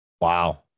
Wow